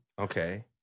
Okay